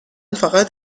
فقط